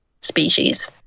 species